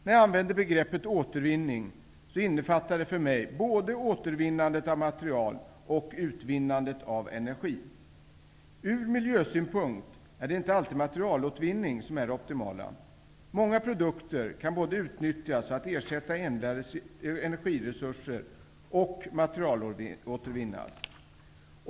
När jag använder begreppet återvinning så innefattar det för mig både återvinnandet av material och utvinnandet av energi. Ur miljösynpunkt är det inte alltid materialåtervinning som är det optimala. Många produkter kan både utnyttjas för att ersätta ändliga energiresurser och för att materialåtervinnas.